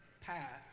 path